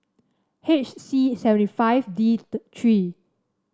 H C seventy five D three